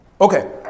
Okay